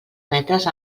metres